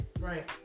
right